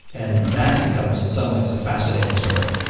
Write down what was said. and that becomes in some ways a fascinating story.